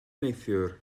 neithiwr